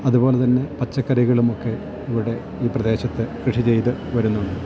അതുപോലെത്തന്നെ പച്ചക്കറികളുമൊക്കെ ഇവിടെ ഈ പ്രദേശത്ത് കൃഷി ചെയ്ത് വരുന്നുണ്ട്